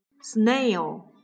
Snail